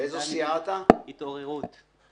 אני מסיעת התעוררות.